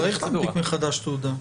צריך להנפיק מחדש תעודה,